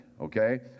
Okay